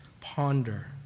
ponder